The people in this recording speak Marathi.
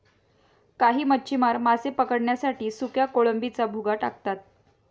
काही मच्छीमार मासे पकडण्यासाठी सुक्या कोळंबीचा भुगा टाकतात